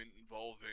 involving